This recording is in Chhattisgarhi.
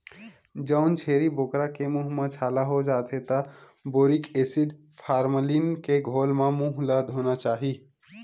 जउन छेरी बोकरा के मूंह म छाला हो जाथे त बोरिक एसिड, फार्मलीन के घोल म मूंह ल धोना चाही